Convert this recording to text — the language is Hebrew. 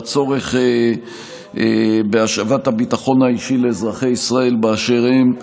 והצורך בהשבת הביטחון האישי לאזרחי ישראל באשר הם.